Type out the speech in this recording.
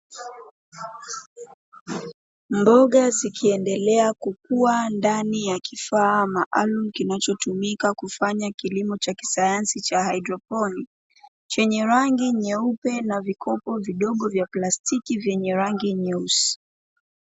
Mboga zikiendelea kukua ndani ya kifaa maalumu kinachotumika kufanya kilimo cha kisayansi cha haidroponi, chenye rangi nyeupe na vikopo vidogo vya plastiki vyenye rangi nyeusi.